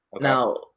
Now